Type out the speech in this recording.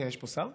רגע, יש פה שר?